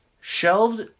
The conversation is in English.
shelved